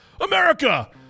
America